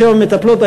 לשבע מטפלות,